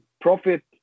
profit